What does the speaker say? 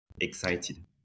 excited